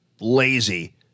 lazy